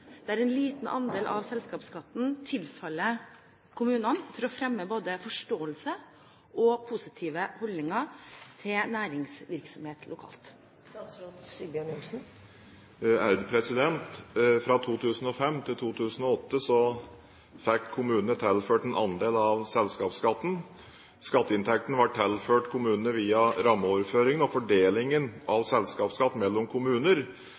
en andel av selskapsskatten lokalt. Vil statsråden vurdere å gå tilbake til et system der en liten andel av selskapsskatten tilfaller kommunene for å fremme både forståelse og positive holdninger til næringsvirksomhet lokalt?» Fra 2005 til 2008 fikk kommunene tilført en andel av selskapsskatten. Skatteinntektene ble tilført kommunene via rammeoverføringene, og fordelingen